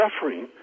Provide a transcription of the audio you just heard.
Suffering